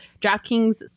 DraftKings